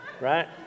right